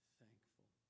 thankful